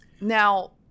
Now